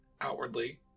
outwardly